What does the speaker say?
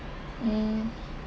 mm